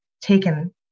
taken